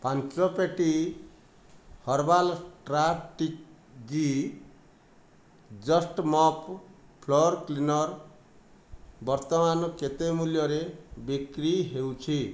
ପାଞ୍ଚ ପେଟି herbal strategy just mop floor cleaner ବର୍ତ୍ତମାନ କେତେ ମୂଲ୍ୟରେ ବିକ୍ରି ହେଉଛି